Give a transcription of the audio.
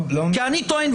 לא --- כי אני טוען,